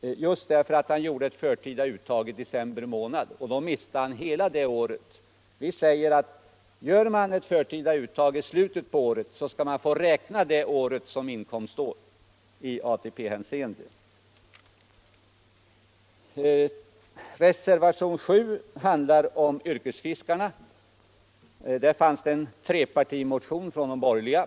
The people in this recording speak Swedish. just därför att han gjorde ett förtida uttag i december månad och miste hela det året. Vi anser att gör man ett förtida uttag i slutet av året, skall man få räkna det året såsom inkomstår i ATP-hänseende. Reservationen 7 handlar om yrkesfiskarna. Där finns en trepartimotion från de borgerliga.